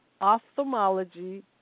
ophthalmology